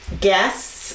guests